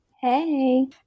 Hey